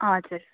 हजुर